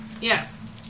Yes